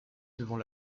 devant